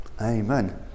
Amen